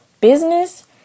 business